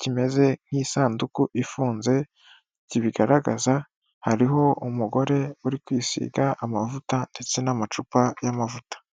kimeze nk'isanduku ifunze kibigaragaza, hariho umugore uri kwisiga amavuta ndetse n'amacupa y'amavuta.